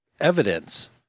evidence